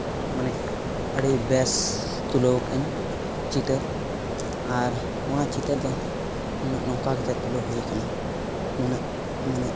ᱢᱟᱱᱮ ᱟᱹᱰᱤ ᱵᱮᱥ ᱛᱩᱞᱟᱹᱣ ᱟᱠᱟᱫ ᱟᱹᱧ ᱪᱤᱛᱟᱹᱨ ᱟᱨ ᱚᱱᱟ ᱪᱤᱛᱟᱹᱨ ᱫᱚ ᱩᱱᱟᱹᱜ ᱱᱚᱝᱠᱟ ᱠᱟᱛᱮᱫ ᱛᱩᱞᱟᱹᱣ ᱦᱩᱭ ᱠᱟᱱᱟ ᱱᱩᱱᱟᱹᱜ ᱢᱟᱱᱮ